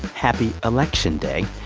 happy election day.